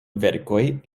verkoj